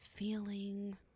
feeling